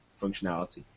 functionality